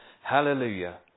Hallelujah